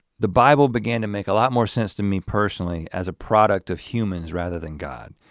the bible began to make a lot more sense to me personally as a product of humans rather than god.